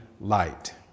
light